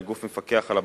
כגוף המפקח על הבנקים,